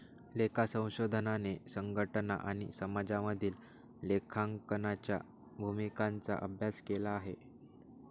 लेखा संशोधनाने संघटना आणि समाजामधील लेखांकनाच्या भूमिकांचा अभ्यास केला आहे